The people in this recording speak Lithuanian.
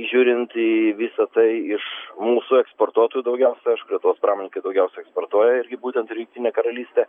žiūrint į visa tai iš mūsų eksportuotojų daugiausia aišku lietuvos pramoninkai daugiausia eksportuoja irgi būtent į jungtinę karalystę